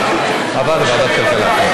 עבר לוועדת הכלכלה.